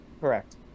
Correct